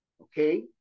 okay